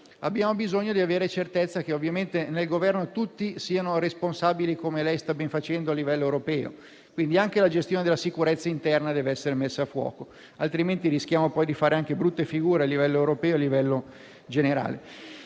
abbiamo bisogno di avere certezza che nel Governo tutti siano responsabili, come lei sta dimostrando a livello europeo. Quindi anche la gestione della sicurezza interna dev'essere messa a fuoco, altrimenti rischiamo di fare brutte figure a livello europeo e a livello generale.